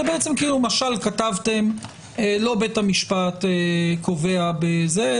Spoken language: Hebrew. זה בעצם משל כתבתם לא בית המשפט קובע בזה,